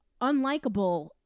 unlikable